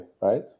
right